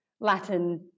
Latin